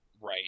Right